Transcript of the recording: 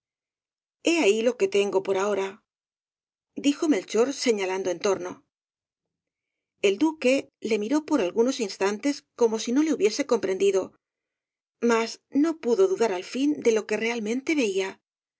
e ahí lo que tengo por ahora dijo melchor señalando en torno el duque le miró por algunos instantes como si no le hubiese comprendido mas no pudo dudar al fin de lo que realmente veía